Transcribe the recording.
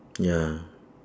ya